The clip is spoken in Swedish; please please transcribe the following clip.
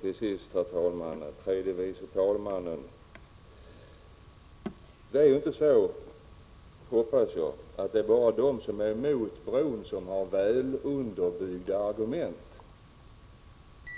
Till sist till tredje vice talmannen: Det är ju inte så, hoppas jag, att det bara är de som är emot bron som har väl underbyggda argument.